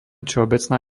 všeobecná